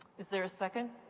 is there a second?